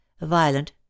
violent